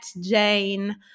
Jane